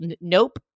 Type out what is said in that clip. nope